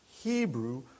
Hebrew